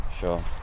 Sure